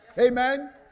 Amen